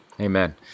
Amen